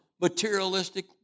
materialistic